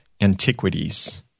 antiquities